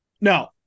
No